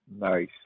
Nice